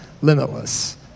limitless